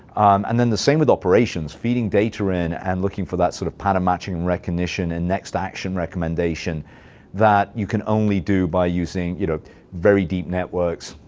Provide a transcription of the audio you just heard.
and then the same with operations, feeding data in and looking for that sort of pattern matching recognition and next action recommendation that you can only do by using you know very deep networks